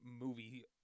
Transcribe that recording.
movie